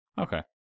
Okay